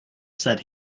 said